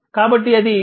కాబట్టిఅది0